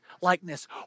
likeness